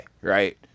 right